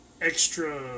extra